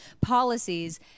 policies